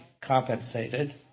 compensated